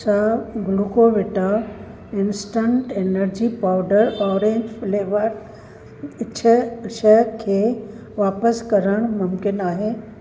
छा Glucovita instant energy powder orange flavour छह शइ खे वापिस करणु मुमकिन आहे